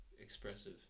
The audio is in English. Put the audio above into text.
expressive